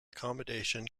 accommodation